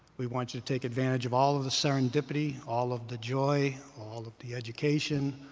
we want you to take advantage of all of the serendipity, all of the joy, all of the education,